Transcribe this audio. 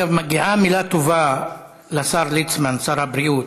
אגב, מגיעה מילה טובה לשר ליצמן, שר הבריאות.